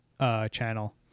channel